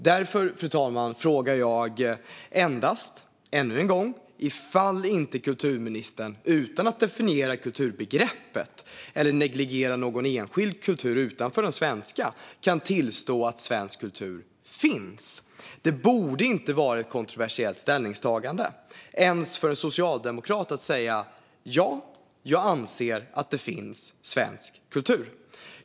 Därför, fru talman, frågar jag ännu en gång ifall kulturministern, utan att definiera kulturbegreppet eller negligera någon enskild kultur utanför den svenska, inte kan tillstå att svensk kultur finns. Det borde inte vara ett kontroversiellt ställningstagande, ens för en socialdemokrat, att säga: "Ja, jag anser att det finns svensk kultur."